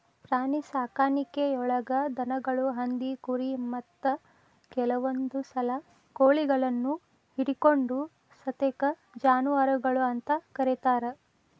ಪ್ರಾಣಿಸಾಕಾಣಿಕೆಯೊಳಗ ದನಗಳು, ಹಂದಿ, ಕುರಿ, ಮತ್ತ ಕೆಲವಂದುಸಲ ಕೋಳಿಗಳನ್ನು ಹಿಡಕೊಂಡ ಸತೇಕ ಜಾನುವಾರಗಳು ಅಂತ ಕರೇತಾರ